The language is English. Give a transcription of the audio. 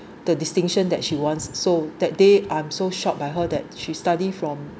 the distinction that she wants so that day I'm so shocked by her that she study from